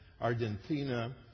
Argentina